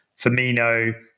Firmino